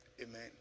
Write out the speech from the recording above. Amen